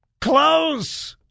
close